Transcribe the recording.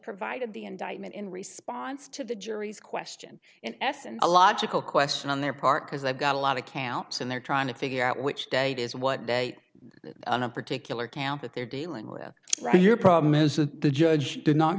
provided the indictment in response to the jury's question in essence a logical question on their part because they've got a lot of camps and they're trying to figure out which day it is what day on a particular camp that they're dealing with right your problem is that the judge did not